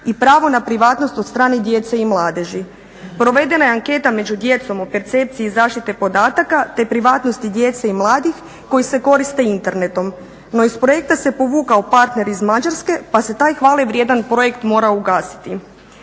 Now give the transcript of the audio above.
i pravo na privatnost od strane djece i mladeži. Provedena je anketa među djecom o percepciji zaštite podataka te privatnosti djece i mladih koji se koriste internetom, no iz projekta se povukao partner iz Mađarske pa se taj hvalevrijedan projekt morao ugasiti.